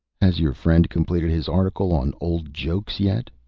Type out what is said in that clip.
has your friend completed his article on old jokes yet?